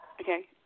Okay